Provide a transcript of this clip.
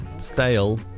Stale